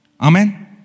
Amen